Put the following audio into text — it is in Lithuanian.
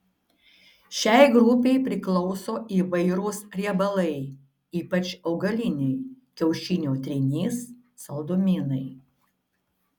šiai grupei priklauso įvairūs riebalai ypač augaliniai kiaušinio trynys saldumynai